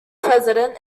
president